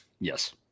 yes